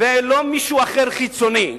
ולא מישהו אחר, חיצוני.